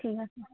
ঠিক আছে